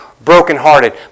brokenhearted